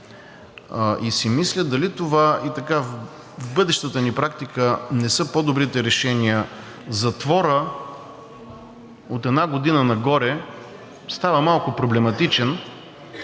Мисля си дали това и в бъдещата ни практика не са по-добрите решения. Затворът от една година нагоре става малко проблематичен,